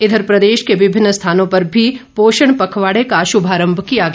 इघर प्रदेश के विभिन्न स्थानों पर भी पोषण पखवाड़े का शुभारंभ किया गया